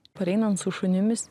pareinam su šunimis